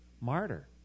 martyr